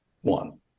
one